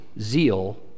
Zeal